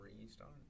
restart